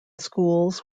schools